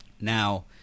Now